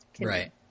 Right